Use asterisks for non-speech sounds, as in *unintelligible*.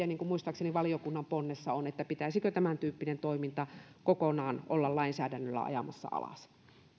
*unintelligible* niin kuin muistaakseni valiokunnan ponnessa on pitäisikö tämäntyyppinen toiminta kokonaan olla lainsäädännöllä ajamassa alas